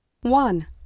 One